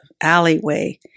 alleyway